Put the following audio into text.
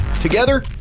Together